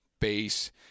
base